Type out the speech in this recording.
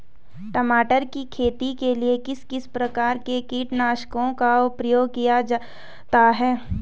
टमाटर की खेती के लिए किस किस प्रकार के कीटनाशकों का प्रयोग किया जाता है?